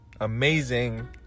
amazing